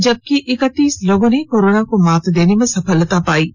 जबकि इक्कतीस लोगों ने कोरोना को मात देने में सफलता पाई है